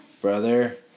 Brother